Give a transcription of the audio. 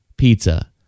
pizza